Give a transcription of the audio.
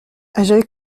j’avais